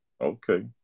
Okay